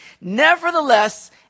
Nevertheless